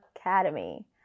Academy